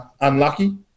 unlucky